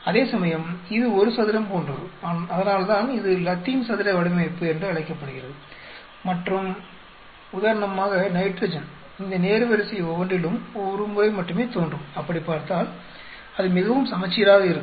அதேசமயம் இது ஒரு சதுரம் போன்றது அதனால்தான் இது லத்தீன் சதுர வடிவமைப்பு என அழைக்கப்படுகிறது மற்றும் உதாரணமாக நைட்ரஜன் இந்த நேர்வரிசை ஒவ்வொன்றிலும் ஒரு முறை மட்டுமே தோன்றும் அப்படி பார்த்தால் அது மிகவும் சமச்சீராக இருக்கும்